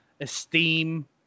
esteem